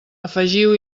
afegiu